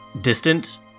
distant